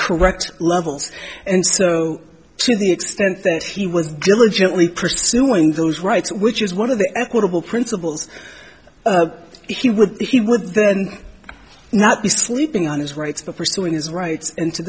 correct levels and so to the extent that he was diligently pursuing those rights which is one of the equitable principles he would he would not be sleeping on his rights pursuing his right